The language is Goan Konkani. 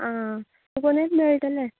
आं कोकनट मेळटले